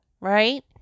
right